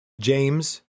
James